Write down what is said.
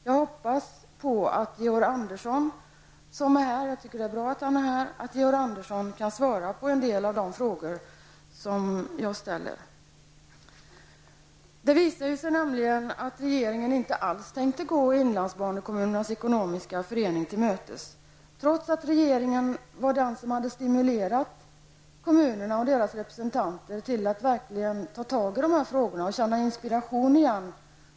Jag hoppas att Georg Andersson, jag tycker att det är bra att han är här, kan svara på en del av de frågor som jag har ställt. Det har visat sig att regeringen inte alls har tänkt gå Inlandskommunerna Ekonomiska Förening till mötes, trots att regeringen har stimulerat kommunerna och deras representanter till att verkligen ta tag i dessa frågor och känna inspiration.